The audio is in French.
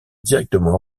directement